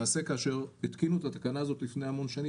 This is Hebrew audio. כאשר התקינו את התקנה הזאת לפני המון שנים,